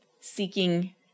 seeking